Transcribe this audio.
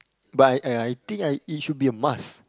but I I think I it should be a must